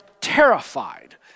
terrified